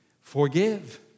forgive